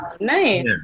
nice